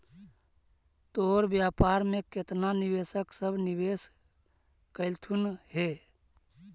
तोर व्यापार में केतना निवेशक सब निवेश कयलथुन हे?